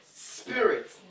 Spirit